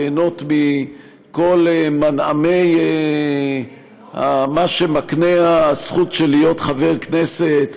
ליהנות מכל המנעמים שמקנה הזכות להיות חבר כנסת,